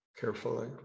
Carefully